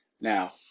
Now